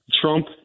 Trump